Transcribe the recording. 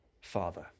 Father